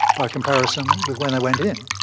by comparison with when they went in,